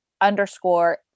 underscore